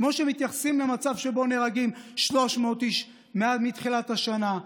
כמו שמתייחסים למצב שבו נהרגים 300 איש מתחילת השנה,